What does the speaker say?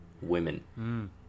women